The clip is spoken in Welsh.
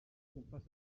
gwmpas